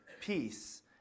Peace